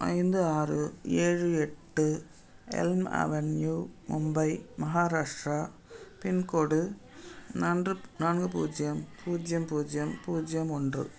ஐந்து ஆறு ஏழு எட்டு elm avenue Mumbai Maharashtra pincode நான்கு நான்கு பூஜ்ஜியம் பூஜ்ஜியம் பூஜ்ஜியம் பூஜ்ஜியம் ஒன்று